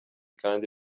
kandi